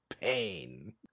pain